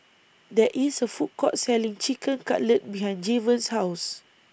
There IS A Food Court Selling Chicken Cutlet behind Jayvon's House